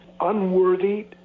unworthy